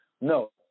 No